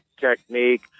technique